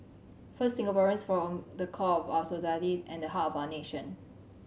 first Singaporeans form the core of our society and the heart of our nation